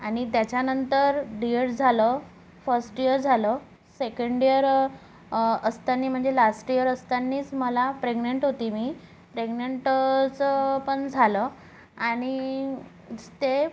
आणि त्याच्यानंतर डी येळ झालं फस्ट इयं झालं सेकंडेयर असताना म्हणजे लास्ट इयर असतानीस मला प्रेग्नंट होती मी प्रेग्नंटंचं पण झालं आणि ते